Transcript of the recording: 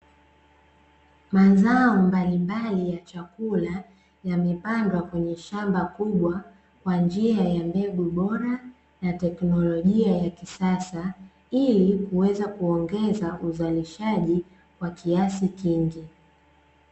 Mazao mbalimbali ya chakula, yamepandwa kwenye shamba kubwa, kwa njia ya mbegu bora na teknologia ya kisasa, ili kuweza kuongeza uzalishaji wa kiasi kingi.